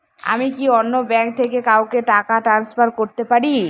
আমি কি অন্য ব্যাঙ্ক থেকে কাউকে টাকা ট্রান্সফার করতে পারি?